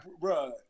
Bro